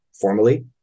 formally